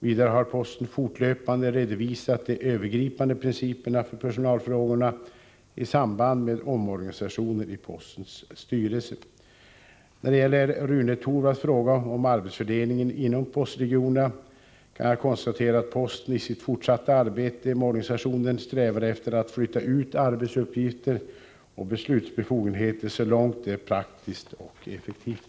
Vidare har posten fortlöpande redovisat de övergripande principerna för personalfrågorna i samband med omorganisationen i postens styrelse. När det gäller Rune Torwalds fråga om arbetsfördelningen inom postregionerna kan jag konstatera att posten i sitt fortsatta arbete med organisationen strävar efter att flytta ut arbetsuppgifter och beslutsbefogenheter så långt det är praktiskt och effektivt.